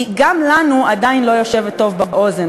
גם לנו היא עדיין לא יושבת טוב באוזן.